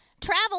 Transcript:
travel